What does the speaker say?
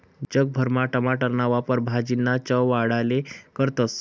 जग भरमा टमाटरना वापर भाजीना चव वाढाले करतस